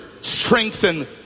strengthen